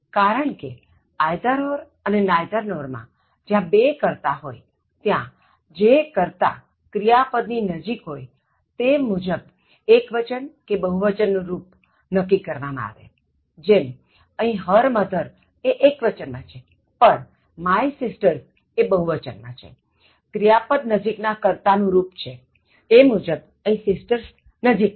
કારણકે either or અને neither nor માં જ્યાં બે કર્તા હોય ત્યાં જે કર્તા ક્રિયાપદ ની નજીક હોય તે મુજબ એક્વચન કે બહુવચન નું રુપ નક્કી કરે જેમ અહીં her mother એ એક્વચન માં છે પણ my sisters એ બહુવચન માં છે ક્રિયાપદ નજીક ના કર્તા નું રુપ સ્વીકારે એ મુજબ અહીં sisters નજીક છે